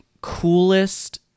coolest